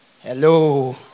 hello